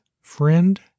friend